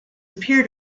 appear